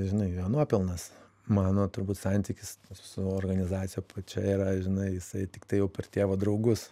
žinai jo nuopelnas mano turbūt santykis su organizacija pačia yra žinai jisai tiktai jau per tėvo draugus